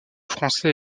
français